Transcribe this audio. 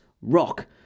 Rock